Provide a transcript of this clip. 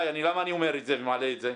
למה אני אומר את זה ומעלה את זה?